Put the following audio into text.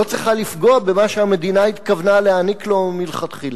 לא צריכה לפגוע במה שהמדינה התכוונה להעניק לו מלכתחילה.